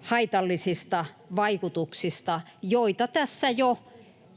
haitallisista vaikutuksista, joita tässä jo